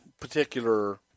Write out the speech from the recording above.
particular